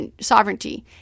sovereignty